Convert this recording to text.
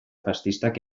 faxistak